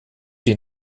die